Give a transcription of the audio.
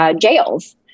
Jails